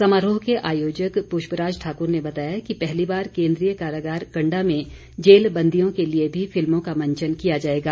समारोह के आयोजक पुष्प राज ठाकुर ने बताया कि पहली बार केन्द्रीय कारागार कंडा में जेल बंदियों के लिए भी फिल्मों का मंचन किया जाएगा